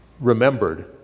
remembered